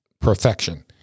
perfection